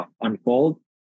unfold